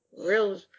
real